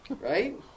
Right